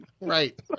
Right